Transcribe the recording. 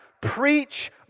preach